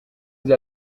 vous